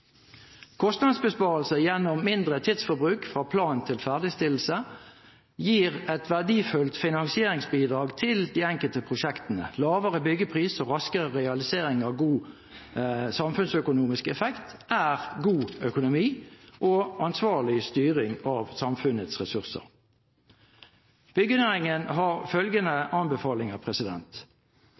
gjennom mindre tidsforbruk fra plan til ferdigstillelse gir et verdifullt finansieringsbidrag til de enkelte prosjektene. Lavere byggepris og raskere realisering av god samfunnsøkonomisk effekt er god økonomi og ansvarlig styring av samfunnets ressurser. Byggenæringen har følgende anbefalinger: